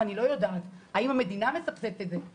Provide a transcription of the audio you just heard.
ואני לא יודעת האם המדינה מסבסדת את זה,